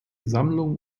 sammlung